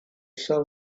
sell